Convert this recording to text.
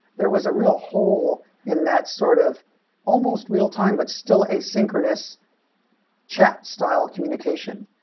there was a real hole in that sort of almost real time, but still a synchronous chat style communication.